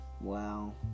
wow